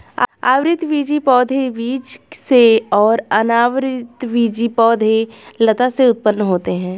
आवृतबीजी पौधे बीज से और अनावृतबीजी पौधे लता से उत्पन्न होते है